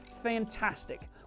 fantastic